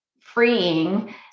freeing